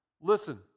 Listen